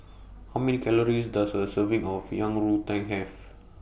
How Many Calories Does A Serving of Yang Rou Tang Have